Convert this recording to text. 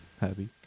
happy